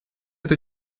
эту